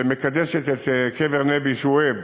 שמקדשת את קבר נבי שועייב,